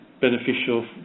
beneficial